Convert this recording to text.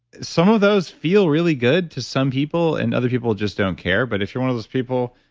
some of those feel really good to some people and other people just don't care. but if you're one of those people,